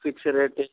fix ರೇಟೆ